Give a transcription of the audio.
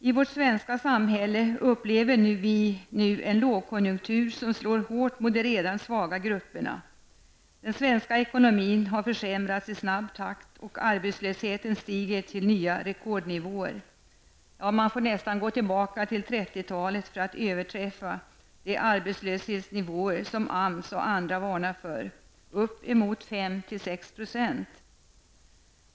I vårt svenska samhälle upplever vi nu en lågkonjunktur, som slår hårt mot de redan svaga grupperna. Den svenska ekonomin har försämrats i snabb takt, och arbetslösheten stiger till nya rekordnivåer, ja, man får nästan gå tillbaka till 1930-talet för att överträffa de arbetslöshetsnivåer som AMS och andra varnar för -- uppemot 5 till 6 %.